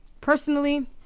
personally